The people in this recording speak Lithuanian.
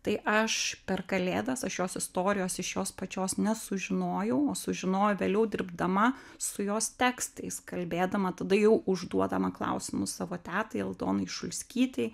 tai aš per kalėdas aš jos istorijos iš jos pačios nesužinojau o sužinojau vėliau dirbdama su jos tekstais kalbėdama tada jau užduodama klausimus savo tetai aldonai šulskytei